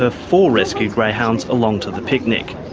ah four rescued greyhounds along to the picnic.